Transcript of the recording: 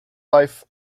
life